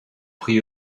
prix